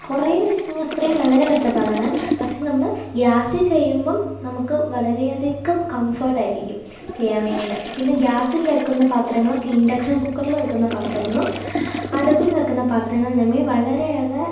കുറേയെന്നു വച്ചിട്ടുണ്ടെങ്കിൽ അത്രയും വളരെ കഷ്ടപ്പാടാണ് പക്ഷെ നമ്മൾ ഗ്യാസിൽ ചെയ്യുമ്പം നമുക്ക് വളരേയധികം കംഫേർട്ട് ആയിരിക്കും ചെയ്യാൻ വേണ്ടിയിട്ട് പിന്നെ ഗ്യാസിൽ വയ്ക്കുന്ന പാത്രങ്ങളും ഇന്റക്ഷൻ കുക്കറിൽ വയ്ക്കുന്ന പാത്രങ്ങളും അടുപ്പിൽ വയ്ക്കുന്ന പാത്രങ്ങളും തമ്മിൽ വളരെയേറെ